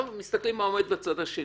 מתסכלים מה עומד בצד השני.